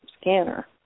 scanner